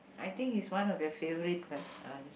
I think he's one of your favorite person